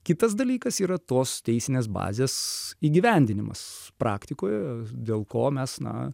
kitas dalykas yra tos teisinės bazės įgyvendinimas praktikoje dėl ko mes na